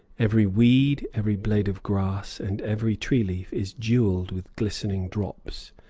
every weed, every blade of grass, and every tree-leaf is jewelled with glistening drops.